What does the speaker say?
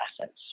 assets